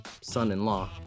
son-in-law